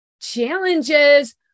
challenges